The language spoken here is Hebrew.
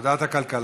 ועדת הכלכלה.